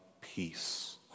peace